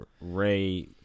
Ray